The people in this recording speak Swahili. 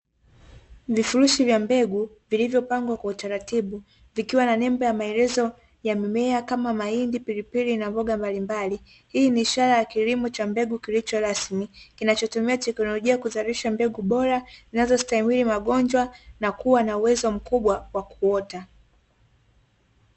Vifurushi vya mbegu vilivyopangwa kwa utaratibu vikiwa na nembo ya maelezo ya mimea kama mahindi, pilipili na mboga mbalimbali, hii ni ishara ya kilimo cha mbegu kilicho rasmi kinachotumia teknolojia kuzalisha mbegu bora zilizostahimili magonjwa na kuwa na uwezo mkubwa wa kuota.